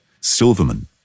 Silverman